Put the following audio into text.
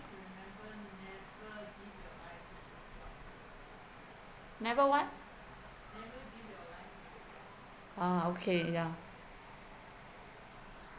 never what ah okay ya